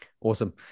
Awesome